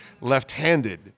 left-handed